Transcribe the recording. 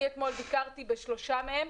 אני אתמול ביקרתי בשלושה מהם,